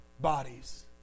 bodies